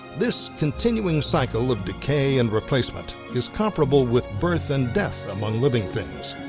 this continuing cycle of decay and replacement is comparable with birth and death among living things.